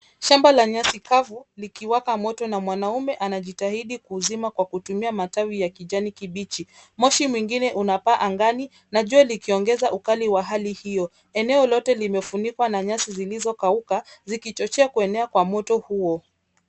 Shamba la nyasi kavu likiwaka moto na mwanaume anajitahidi kuuzima kwa kutumia matawi ya kijani kibichi. Moshi mwingine unapaa angani na jua likiongeza ukali wa hali hiyo. Eneo lote limefunikwa na nyasi zilizokauka zikichochea kuenea kwa moto huo.